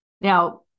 Now